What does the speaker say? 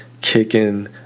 kicking